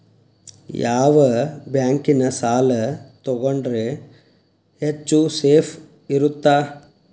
ಯಾವ ಬ್ಯಾಂಕಿನ ಸಾಲ ತಗೊಂಡ್ರೆ ಹೆಚ್ಚು ಸೇಫ್ ಇರುತ್ತಾ?